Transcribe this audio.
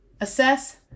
Assess